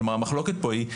כלומר המחלוקת פה היא,